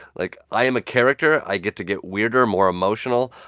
like, i am a character, i get to get weirder, more emotional.